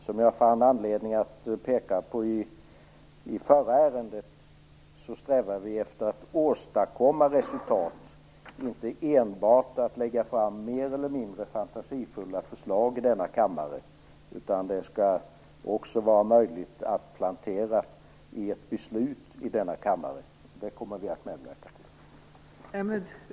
Som jag fann anledning att peka på i det förra ärendet, strävar vi efter att åstadkomma resultat, inte enbart att lägga fram mer eller mindre fantasifulla förslag i denna kammare. Resultatet skall också vara möjligt att plantera i ett beslut i denna kammare. Det kommer vi också att medverka till.